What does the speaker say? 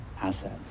asset